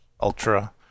Ultra